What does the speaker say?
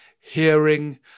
hearing